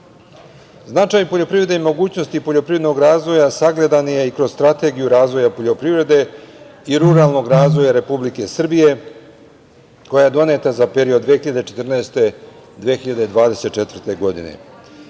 cilju. Značaj poljoprivrede i mogućnosti poljoprivrednog razvoja sagledan je i kroz Strategiju razvoja poljoprivrede i ruralnog razvoja Republike Srbije koja je doneta za period 2014-2024. godine. Cilj